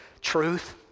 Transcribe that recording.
Truth